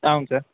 అవును సార్